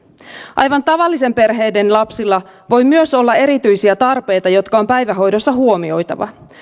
aivan tavallisten perheiden lapsilla voi myös olla erityisiä tarpeita jotka on päivähoidossa huomioitava